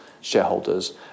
shareholders